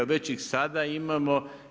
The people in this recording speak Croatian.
Već ih sada imamo.